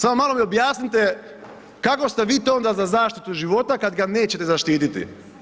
Samo malo mi objasnite kako ste vi to onda za zaštitu života kad ga nećete zaštititi?